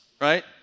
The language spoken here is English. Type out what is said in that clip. Right